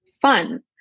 fun